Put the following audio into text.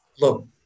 look